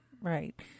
Right